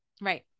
Right